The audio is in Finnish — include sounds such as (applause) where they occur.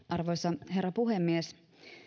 (unintelligible) arvoisa herra puhemies